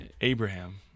Abraham